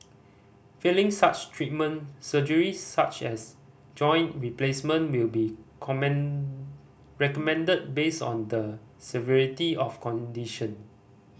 failing such treatment surgery such as joint replacement will be common recommended based on the severity of condition